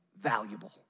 valuable